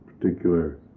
particular